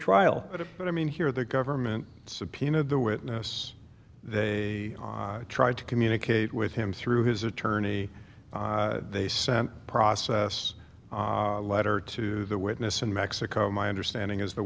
trial but what i mean here the government subpoenaed the witness they tried to communicate with him through his attorney they sent process letter to the witness in mexico my understanding is the